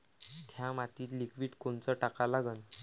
थ्या मातीत लिक्विड कोनचं टाका लागन?